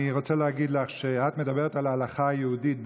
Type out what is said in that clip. אני רוצה להגיד לך שאת מדברת על ההלכה היהודית.